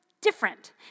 different